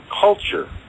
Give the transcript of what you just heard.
culture